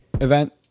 event